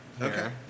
Okay